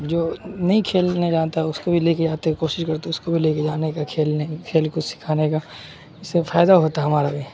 جو نہیں کھیلنے جانتا ہے اس کو بھی لے کے جاتے ہیں کوشش کرتے اس کو بھی لے کے جانے کا کھیلنے کھیل کو سکھانے کا اس سے فائدہ ہوتا ہے ہمارا بھی